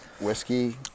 whiskey